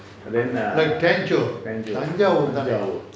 like tanjavu~ tanjavur தான:thaana